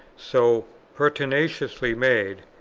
so pertinaciously made.